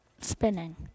spinning